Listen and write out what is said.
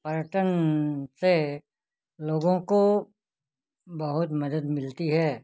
पर्यटन से लोगों को बहुत मदद मिलती है